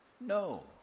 No